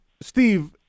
Steve –